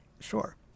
Sure